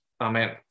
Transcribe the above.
Amen